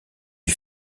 est